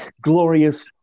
glorious